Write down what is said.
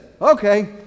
okay